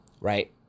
right